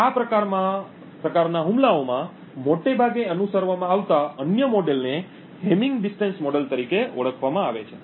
આ પ્રકારના હુમલાઓમાં મોટેભાગે અનુસરવામાં આવતા અન્ય મોડેલને હેમિંગ ડિસ્ટન્સ મોડેલ તરીકે ઓળખવામાં આવે છે